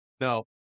No